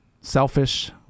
selfish